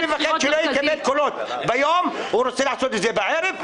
-- מי שמפחד שלא יגלו את קולו ביום ורוצה לעשות את זה בערב,